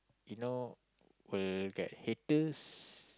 you know will get haters